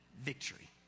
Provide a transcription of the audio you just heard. victory